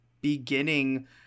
beginning